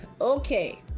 Okay